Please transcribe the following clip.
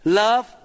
love